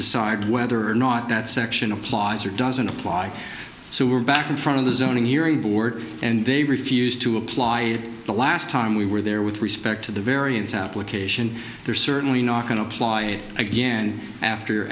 decide whether or not that section applause or doesn't apply so we're back in front of the zoning hearing board and they refused to apply the last time we were there with respect to the variance application they're certainly not going to apply again after